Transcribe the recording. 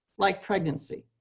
like pregnancy.